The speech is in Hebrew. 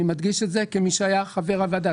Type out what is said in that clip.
אני מדגיש את זה כמי שהיה חבר הוועדה,